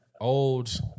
old